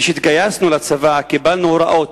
כשהתגייסנו לצבא קיבלנו הוראות,